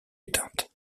éteinte